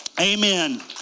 Amen